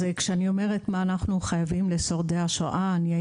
כשאני אומרת מה אנחנו חייבים לשורדי השואה אני לא מתכוונת אליי,